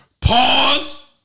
Pause